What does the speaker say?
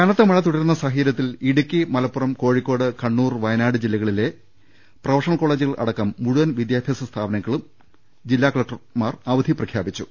കനത്ത മഴ തുടരുന്ന സാഹചര്യത്തിൽ ഇടുക്കി മലപ്പുറം കോഴി ക്കോട് കണ്ണൂർ കാസർകോട് വയനാട് ജില്ലകളിലെ പ്രൊഫഷണൽ കോളേജുകൾ അടക്കം മുഴുവൻ വിദ്യാഭ്യാസ സ്ഥാപനങ്ങൾക്കും ജില്ലാ കളക്ടർമാർ അവധി പ്രഖ്യാപിച്ചു